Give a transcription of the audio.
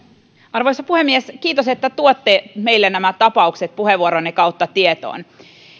arvoisa puhemies kiitos että tuotte meille nämä tapaukset puheenvuoronne kautta tietoon